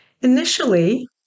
Initially